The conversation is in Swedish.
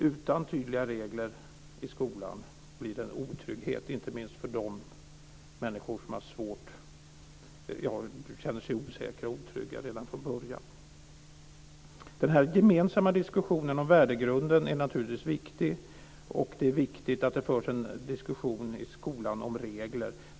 Utan tydliga regler i skolan blir det otrygghet, inte minst för de människor som känner sig osäkra och otrygga redan frän början. Den gemensamma diskussionen om värdegrunden är naturligtvis viktig. Det är också viktigt att det förs en diskussion i skolan om regler.